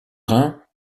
rhin